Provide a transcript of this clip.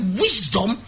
wisdom